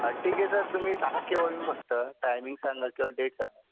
हा ठीक आहे सर तुम्ही सांगा केव्हा मी फक्त टायमिंग सांगाल सर डेट सांगा